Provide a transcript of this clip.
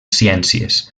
ciències